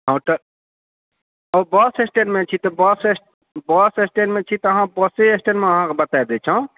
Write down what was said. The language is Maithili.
होटल बस स्टैण्डमे छी तऽ बस बस स्टैण्ड बस स्टैण्डमे छी तऽ बसे स्टैण्डमे अहाँके बता देतोंह